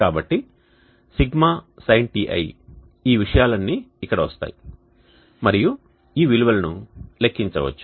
కాబట్టి Σsinτi ఈ విషయాలన్నీ ఇక్కడ వస్తాయి మరియు ఈ విలువలను లెక్కించవచ్చు